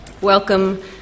Welcome